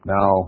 Now